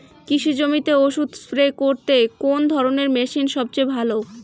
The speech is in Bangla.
কৃষি জমিতে ওষুধ স্প্রে করতে কোন ধরণের মেশিন সবচেয়ে ভালো?